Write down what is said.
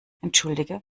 entschuldige